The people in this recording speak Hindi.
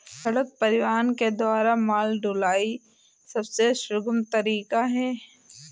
सड़क परिवहन के द्वारा माल ढुलाई सबसे सुगम तरीका है